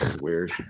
Weird